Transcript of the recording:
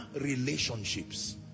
relationships